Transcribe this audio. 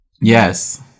Yes